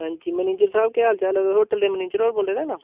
हां जी मैनेजर साह्ब केह् हाल चाल तुस होटल दे मैनेजर होर बोल्ला दे ना